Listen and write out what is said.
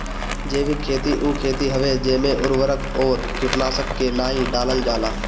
जैविक खेती उ खेती हवे जेमे उर्वरक अउरी कीटनाशक के नाइ डालल जाला